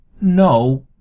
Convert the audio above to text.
no